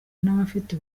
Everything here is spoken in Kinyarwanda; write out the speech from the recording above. n’abafite